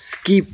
skip